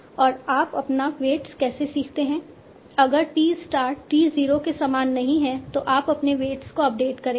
और आप अपना वेट्स कैसे सीखते हैं अगर t स्टार t 0 के समान नहीं है तो आप अपने वेट्स को अपडेट करेंगे